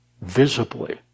visibly